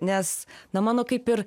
nes na mano kaip ir